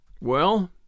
Well